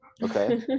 Okay